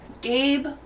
Gabe